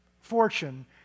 fortune